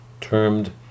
termed